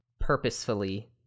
purposefully